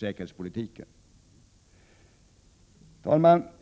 säkerhetspolitiken. Herr talman!